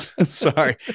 sorry